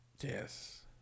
Yes